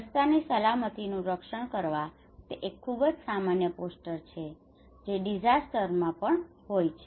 રસ્તાની સલામતીનું રક્ષણ કરવા તે એક ખૂબ જ સામાન્ય પોસ્ટર છે જે ડીસાસ્ટરમાં disaster આપત્તિ પણ હોય છે